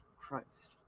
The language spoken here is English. Christ